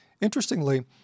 Interestingly